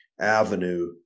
avenue